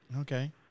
Okay